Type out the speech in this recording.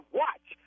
watch